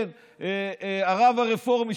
הרב הרפורמי,